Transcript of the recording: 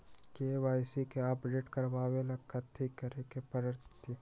KYC के update करवावेला कथि करें के परतई?